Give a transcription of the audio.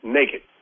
naked